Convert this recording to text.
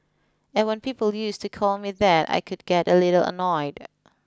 and when people used to call me that I could get a little annoyed